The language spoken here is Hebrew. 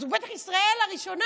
אז הוא בטח ישראל הראשונה,